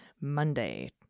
Monday